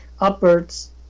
upwards